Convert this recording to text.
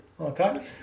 Okay